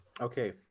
Okay